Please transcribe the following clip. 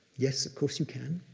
yes, of course, you can.